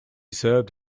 served